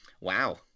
Wow